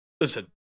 listen